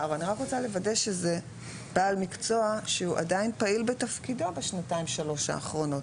שהוא עדין פעיל בתפקידו בשנתיים-שלוש האחרונות